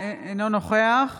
נא לקרוא